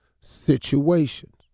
situations